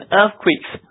earthquakes